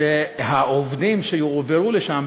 שהעובדים שיועברו לשם,